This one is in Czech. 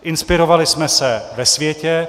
Inspirovali jsme se ve světě.